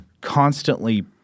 constantly –